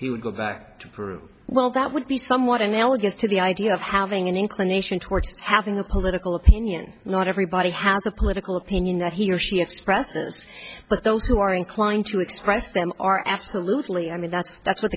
he would go back to peru well that would be somewhat analogous to the idea of having an inclination towards having a political opinion not everybody has a political opinion that he or she expresses but those who are inclined to express them are absolutely i mean that's that's what